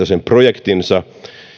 projektinsa